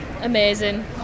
Amazing